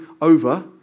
over